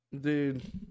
dude